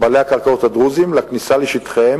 בעלי הקרקעות הדרוזים לכניסה לשטחיהם